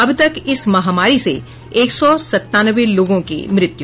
अब तक इस महामारी से एक सौ संतानवे लोगों की मृत्यु